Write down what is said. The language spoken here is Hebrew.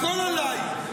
בהקפדה שלך על ממלכתיות.